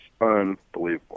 unbelievable